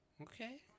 Okay